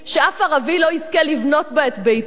שאף ערבי לא יזכה לבנות בה את ביתו,